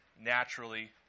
naturally